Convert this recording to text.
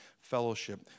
fellowship